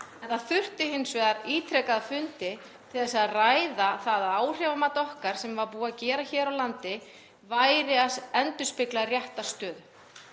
það þurfti hins vegar ítrekaða fundi til að ræða það að áhrifamat okkar sem var búið að gera hér á landi væri að endurspegla rétta stöðu